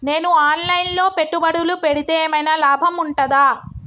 నేను online లో పెట్టుబడులు పెడితే ఏమైనా లాభం ఉంటదా?